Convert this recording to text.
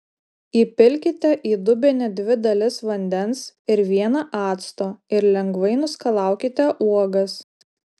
įpilkite į dubenį dvi dalis vandens ir vieną acto ir lengvai nuskalaukite uogas